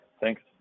Thanks